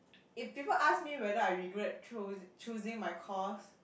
if people ask me whether I regret chose choosing my course